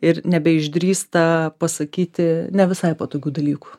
ir nebeišdrįsta pasakyti ne visai patogių dalykų